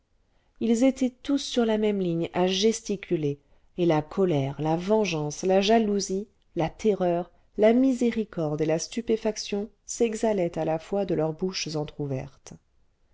ils étaient tous sur la même ligne à gesticuler et la colère la vengeance la jalousie la terreur la miséricorde et la stupéfaction s'exhalaient à la fois de leurs bouches entrouvertes